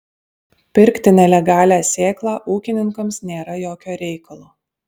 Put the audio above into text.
pirkti nelegalią sėklą ūkininkams nėra jokio reikalo